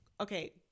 Okay